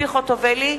ציפי חוטובלי,